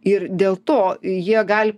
ir dėl to jie gali